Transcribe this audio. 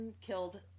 killed